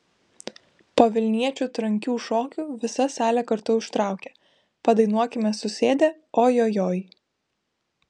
po vilniečių trankių šokių visa salė kartu užtraukė padainuokime susėdę o jo joj